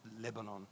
Lebanon